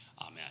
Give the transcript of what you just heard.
Amen